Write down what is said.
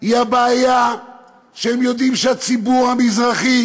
היא הבעיה שהם יודעים שהציבור המזרחי